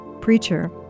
preacher